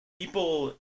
People